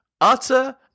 Utter